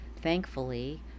thankfully